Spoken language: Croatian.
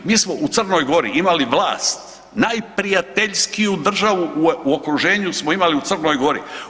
Mi smo u Crnoj Gori imali vlast najprijateljskiju državu u okruženju smo imali u Crnoj Gori.